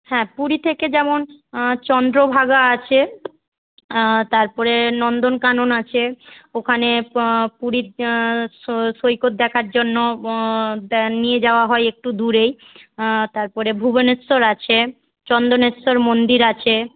হ্যাঁ পুরী থেকে যেমন চন্দ্রভাগা আছে তারপরে নন্দন কানন আছে ওখানে পুরীর সৈকত দেখার জন্য নিয়ে যাওয়া হয় একটু দুরেই তারপরে ভুবনেশ্বর আছে চন্দনেশ্বর মন্দির আছে